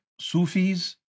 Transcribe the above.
Sufis